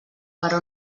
però